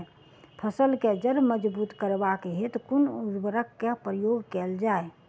फसल केँ जड़ मजबूत करबाक हेतु कुन उर्वरक केँ प्रयोग कैल जाय?